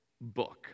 book